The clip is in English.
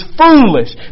foolish